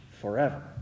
forever